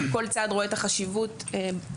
כל צד רואה את החשיבות בצדו,